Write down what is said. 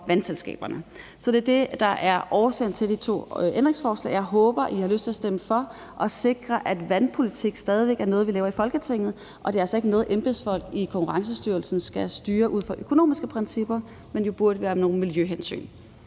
vandselskaberne. Så det er det, der er årsagen til de to ændringsforslag. Jeg håber, at I har lyst til at stemme for dem og sikre, at vandpolitik stadig væk er noget, vi laver i Folketinget, og at det altså ikke er noget, som embedsfolk i Konkurrence- og Forbrugerstyrelsen skal styre ud fra økonomiske principper, for det burde jo være ud fra miljøhensyn.